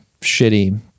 shitty